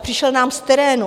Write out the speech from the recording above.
Přišel nám z terénu.